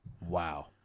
Wow